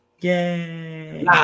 Yay